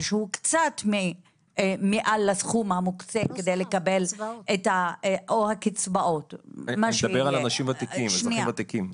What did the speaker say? שהם קצת מעל הסכום המוקצה כדי לקבל --- אני מדבר על אזרחים ותיקים.